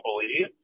believe